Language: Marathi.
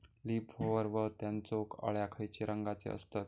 लीप होपर व त्यानचो अळ्या खैचे रंगाचे असतत?